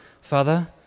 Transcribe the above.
Father